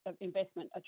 investment